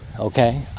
Okay